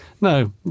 no